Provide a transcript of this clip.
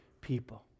people